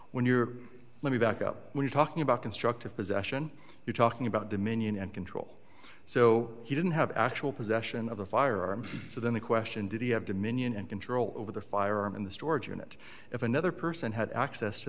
when you're let me back up when you talking about constructive possession you're talking about dominion and control so he didn't have actual possession of the firearm so then the question did he have dominion and control over the firearm in the storage unit if another person had access to